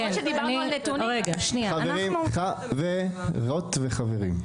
חברות וחברים.